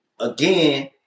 Again